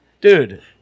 Dude